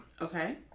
Okay